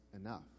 enough